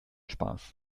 spaß